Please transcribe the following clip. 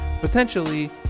potentially